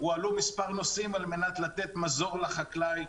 הועלו מספר נושאים על מנת לתת מזור לחקלאי,